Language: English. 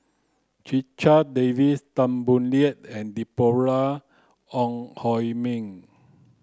Checha Davies Tan Boo Liat and Deborah Ong Hui Min